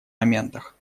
моментах